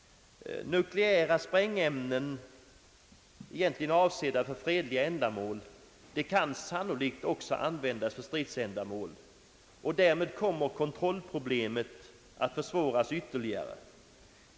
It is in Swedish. Nukleära sprängämnen, egentligen avsedda för fredliga ändamål, kan sannolikt också användas för stridsändamål, och därmed kommer kontrollproblemet att försvåras ytterligare.